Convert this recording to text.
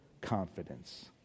confidence